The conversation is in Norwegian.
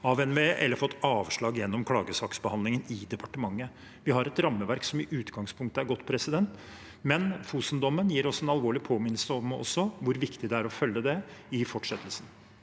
av NVE eller fått avslag gjennom klagesaksbehandlingen i departementet. Vi har et rammeverk som i utgangspunktet er godt, men Fosen-dommen gir oss en alvorlig påminnelse om hvor viktig det er å følge det i fortsettelsen.